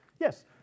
Yes